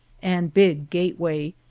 and big gateway,